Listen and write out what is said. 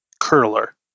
Curler